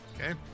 Okay